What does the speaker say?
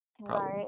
Right